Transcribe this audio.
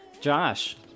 Josh